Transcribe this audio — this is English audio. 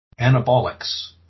anabolics